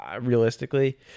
realistically